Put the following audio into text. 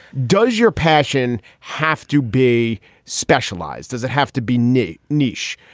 does your passion have to be specialized? does it have to be neat niche?